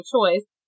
choice